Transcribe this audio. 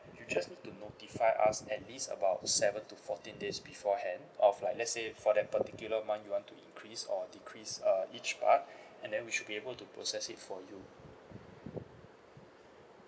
you just need to notify us at least about seven to fourteen days beforehand of like let's say for that particular month you want to increase or decrease uh each part and then we should be able to process it for you